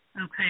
Okay